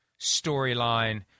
storyline